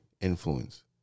influence